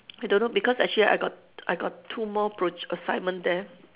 I don't know because actually I got I got two more proj~ assignment there